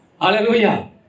Hallelujah